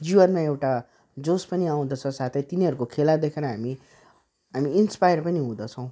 जीवनमा एउटा जोस पनि आउँदछ साथै तिनीहरूको खेला देखेर हामी हामी इन्सपायर पनि हुँदछौँ